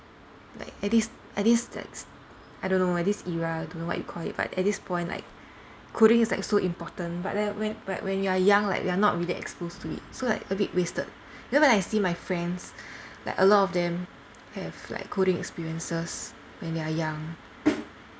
like I don't know at this era I don't know what you call it but at this point like coding is like so important like that when when you are young like you are not really exposed to it so like a bit wasted you know when I see my friends like a lot of them have like coding experiences when they are young